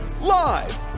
Live